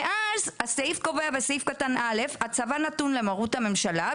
אז סעיף קטן (א) קובע שהצבא נתון למרות הממשלה,